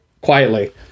quietly